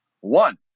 One